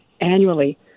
annually